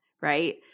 right